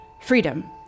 freedom